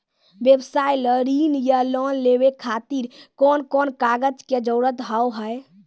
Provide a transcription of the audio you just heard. व्यवसाय ला ऋण या लोन लेवे खातिर कौन कौन कागज के जरूरत हाव हाय?